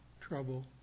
trouble